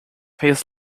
his